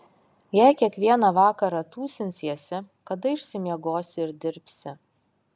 jei kiekvieną vakarą tūsinsiesi kada išsimiegosi ir dirbsi